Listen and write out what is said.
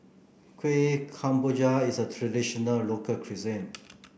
Kuih Kemboja is a traditional local cuisine